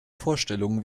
vorstellungen